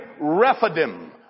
Rephidim